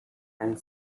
and